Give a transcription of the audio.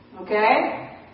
Okay